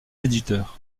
éditeurs